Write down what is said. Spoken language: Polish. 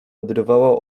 odrywała